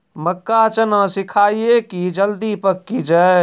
मक्का चना सिखाइए कि जल्दी पक की जय?